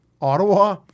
Ottawa